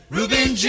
Reuben